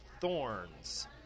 Thorns